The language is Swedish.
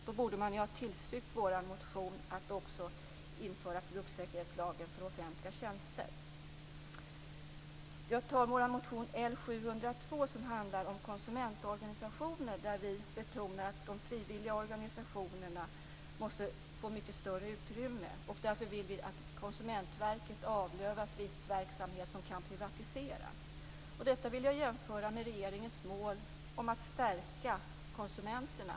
Då borde vår motion om att införa produktsäkerhetslag för offentliga tjänster tillstyrkas. Motion L702 handlar om konsumentorganisationer. Vi betonar att de frivilliga organisationerna måste få större utrymme. Därför vill vi att Konsumentverket avlövas viss verksamhet som kan privatiseras. Detta vill jag jämföra med regeringens mål om att stärka konsumenterna.